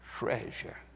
treasure